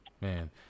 man